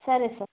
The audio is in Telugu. సరే సార్